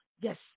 yes